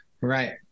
Right